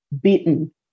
beaten